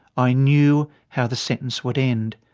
i knew how the sentence would end.